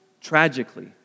Tragically